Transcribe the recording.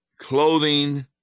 clothing